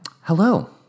hello